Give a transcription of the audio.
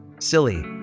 silly